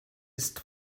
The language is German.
ist